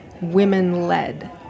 women-led